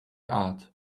art